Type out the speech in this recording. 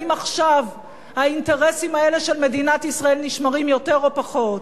האם עכשיו האינטרסים האלה של מדינת ישראל נשמרים יותר או פחות?